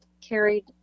carried